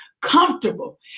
comfortable